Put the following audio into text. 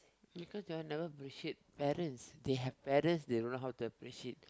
because you all never appreciate parents they have parents they don't know how to appreciate